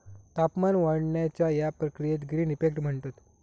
तापमान वाढण्याच्या या प्रक्रियेक ग्रीन इफेक्ट म्हणतत